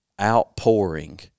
outpouring